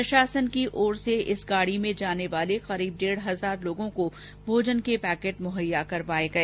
प्रशासन की ओर से इस गाड़ी में जाने वाले लगभग डेढ हजार लोगों को भोजन के पैकेट मुहैया कराए गए